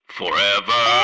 forever